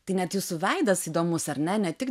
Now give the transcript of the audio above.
tai net jūsų veidas įdomus ar ne ne tik